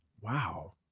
Wow